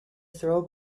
throw